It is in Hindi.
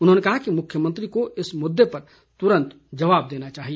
उन्होंने कहा कि मुख्यमंत्री को इस मुददे पर तुरंत जवाब देना चाहिए